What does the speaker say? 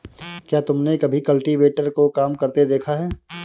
क्या तुमने कभी कल्टीवेटर को काम करते देखा है?